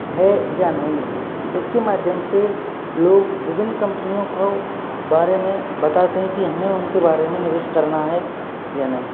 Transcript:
है या नहीं इसके माध्यम से लोग विभिन्न कम्पनियों को बारे में बताते हैं कि हमें उनके बारे में निवेश करना है या नहीं